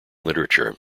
literature